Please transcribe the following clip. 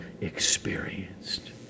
experienced